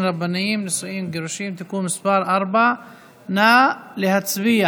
רבניים (נישואין וגירושין) (תיקון מס' 4). נא להצביע.